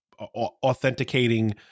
authenticating